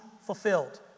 fulfilled